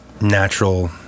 natural